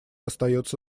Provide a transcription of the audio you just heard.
остается